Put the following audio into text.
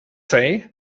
say